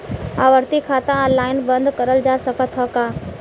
आवर्ती खाता ऑनलाइन बन्द करल जा सकत ह का?